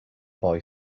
boy